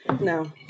No